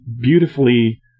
beautifully